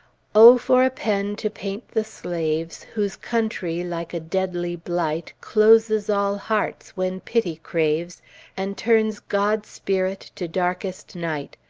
o for a pen to paint the slaves whose country like a deadly blight closes all hearts when pity craves and turns god's spirit to darkest night!